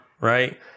right